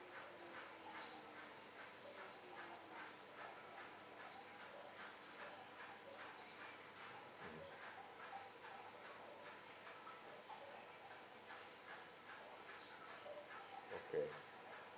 mmhmm okay